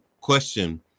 question